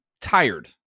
tired